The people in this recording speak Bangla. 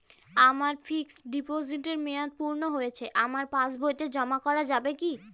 আমার ফিক্সট ডিপোজিটের মেয়াদ পূর্ণ হয়েছে আমার পাস বইতে জমা করা যাবে কি?